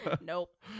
Nope